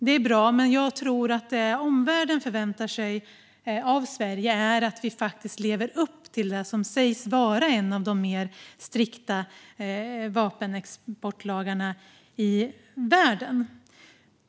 Det är bra, men det jag tror att omvärlden förväntar sig av oss i Sverige är att vi faktiskt lever upp till det som sägs vara en av de striktare vapenexportlagstiftningarna i världen.